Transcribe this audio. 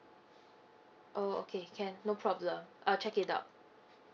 oh okay can no problem I'll check it out